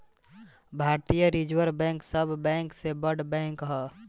भारतीय reserve bank सब bank से बड़ बैंक ह